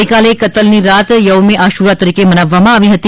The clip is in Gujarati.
ગઇકાલે કતલની રાત યવમે આશૂરા તરીકે મનાવવામાં આવી હતી